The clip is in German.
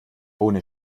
ohne